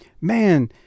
man